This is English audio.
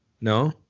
No